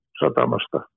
satamasta